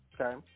Okay